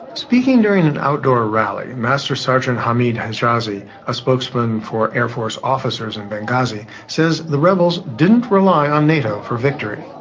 speaking during an outdoor rally, master sergeant hamid hijazzi, a spokesman for air force officers in benghazi, says the rebels didn't rely on nato for victory.